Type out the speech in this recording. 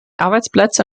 arbeitsplätze